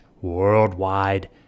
worldwide